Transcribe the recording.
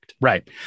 Right